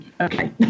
okay